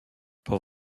pod